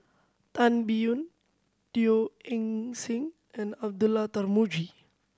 Tan Biyun Teo Eng Seng and Abdullah Tarmugi